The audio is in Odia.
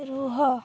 ରୁହ